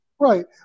Right